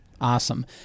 Awesome